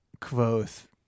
Quoth